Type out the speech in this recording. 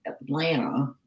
Atlanta